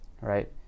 right